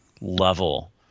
level